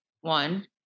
One